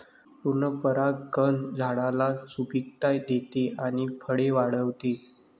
पूर्ण परागकण झाडाला सुपिकता देते आणि फळे वाढवते